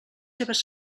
seves